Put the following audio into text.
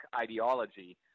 ideology